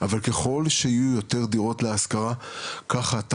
אבל ככל שיהיו פה יותר דירות להשכרה ככה גם